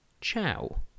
ciao